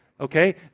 Okay